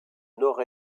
nord